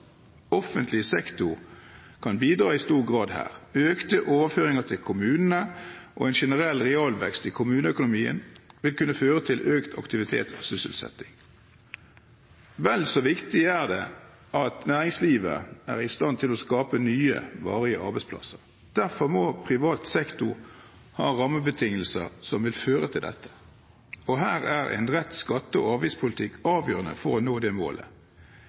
Offentlig sektor kan bidra i stor grad her. Økte overføringer til kommunene og en generell realvekst i kommuneøkonomien vil kunne føre til økt aktivitet og sysselsetting. Vel så viktig er det at næringslivet er i stand til å skape nye, varige arbeidsplasser. Derfor må privat sektor ha rammebetingelser som vil føre til det, og her er en rett skatte- og avgiftspolitikk avgjørende for å nå det målet.